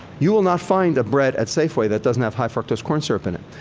you'll not find a bread at safeway that doesn't have high fructose corn syrup in it.